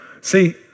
See